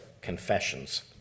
confessions